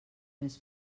més